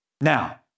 Now